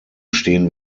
stehen